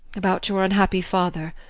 about your unhappy father.